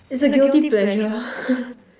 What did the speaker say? it's a guilty pleasure